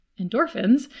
endorphins